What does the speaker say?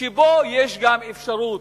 שבו יש גם אפשרות,